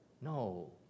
no